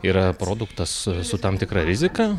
yra produktas su tam tikra rizika